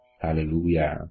Hallelujah